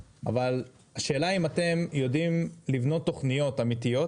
אבל השאלה אם אתם יודעים לבנות תכניות אמיתיות